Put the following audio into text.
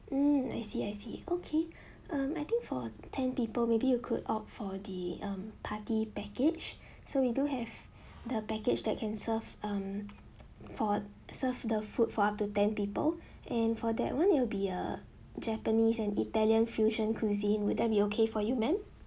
hmm I see I see okay um I think for ten people maybe you could opt for the um party package so we do have the package that can serve um for serve the food for up to ten people and for that one it'll be uh japanese and italian fusion cuisine would that be okay for you ma'am